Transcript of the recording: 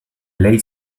ley